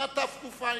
היתה שנת תק"ע,